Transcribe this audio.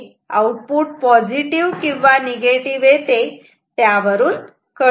हे output positive किंवा negative येते त्यावरून कळते